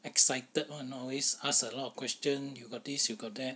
excited [one] always ask a lot of questions you got these you got that